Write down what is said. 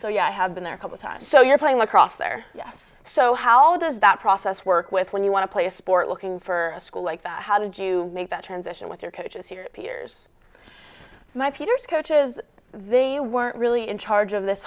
so yeah i have been there a couple times so you're playing lacrosse there yes so how does that process work with when you want to play a sport looking for a school like that how did you make that transition with your coaches here here's my peter's coach is they weren't really in charge of this